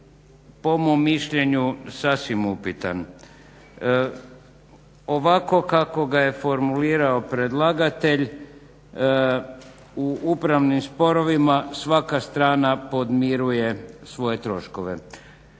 po mom mišljenju sasvim upitan. Ovako kako ga je formulirao predlagatelj u upravnim sporovima svaka strana podmiruje svoje troškove.